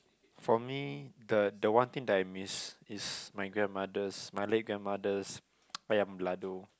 for me the the one thing that I miss is my grandmother's my late grandmother's Ayam Balado